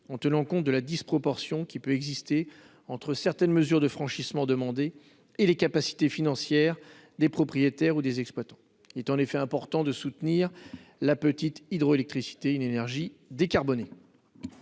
en tenant compte de la disproportion qui peut exister entre certaines mesures de franchissement demander et les capacités financières des propriétaires ou des exploitants, il est en effet important de soutenir la petite hydroélectricité une énergie décarbonée.